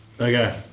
Okay